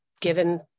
given